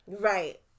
right